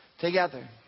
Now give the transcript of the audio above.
together